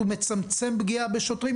הוא מצמצם פגיעה בשוטרים,